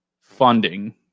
funding